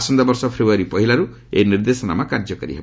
ଆସନ୍ତାବର୍ଷ ଫେବୃୟାରୀ ପହିଲାରୁ ଏହି ନିର୍ଦ୍ଦେଶାନାମା କାର୍ଯ୍ୟକାରୀ ହେବ